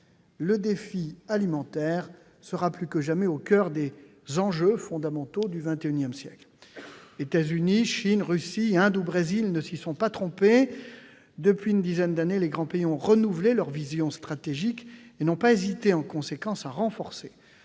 le défi alimentaire au coeur des enjeux fondamentaux du XXIsiècle. États-Unis, Chine, Russie, Inde ou Brésil ne s'y sont pas trompés : depuis une dizaine d'années, les grands pays ont renouvelé leur vision stratégique et n'ont pas hésité, en conséquence, à renforcer